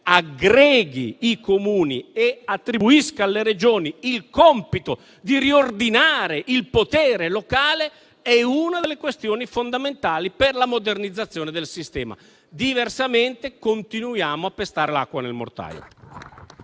aggreghi i Comuni e attribuisca alle Regioni il compito di riordinare il potere locale, è una delle questioni fondamentali per la modernizzazione del sistema. Diversamente, continuiamo a pestare l'acqua nel mortaio.